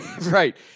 Right